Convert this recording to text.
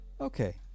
okay